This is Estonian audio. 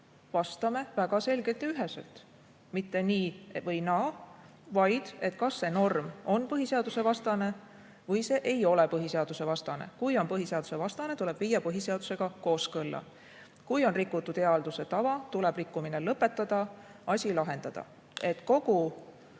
vastame väga selgelt ja üheselt, mitte nii või naa, vaid seda, kas norm on põhiseadusvastane või see ei ole põhiseadusvastane. Kui on põhiseadusvastane, tuleb viia põhiseadusega kooskõlla. Kui on rikutud hea halduse tava, tuleb rikkumine lõpetada ja asi lahendada. Kogu